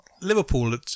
Liverpool